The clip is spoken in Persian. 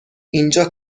اینجا